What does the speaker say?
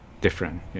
different